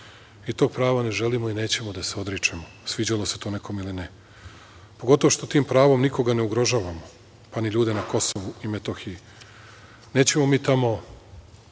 i tog prava ne želimo da se odričemo, sviđalo se to nekome ili ne, pogotovo što tim pravom nikoga ne ugrožavamo, pa ni ljude na Kosovu i Metohiji. Nećemo mi tamo,